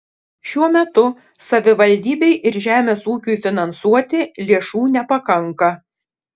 šiuo metu savivaldybei ir žemės ūkiui finansuoti lėšų nepakanka